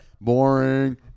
Boring